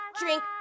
drink